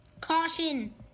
Caution